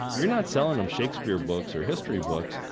you're not selling them shakespeare books or history books.